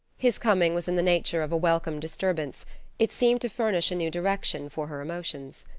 his coming was in the nature of a welcome disturbance it seemed to furnish a new direction for her emotions.